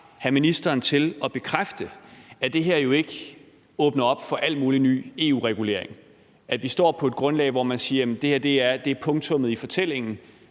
have ministeren til at bekræfte, at det her jo ikke åbner op for al mulig ny EU-regulering, at vi står på et grundlag, hvor man siger, at det her er punktummet i fortællingen;